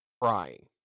crying